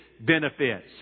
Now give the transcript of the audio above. benefits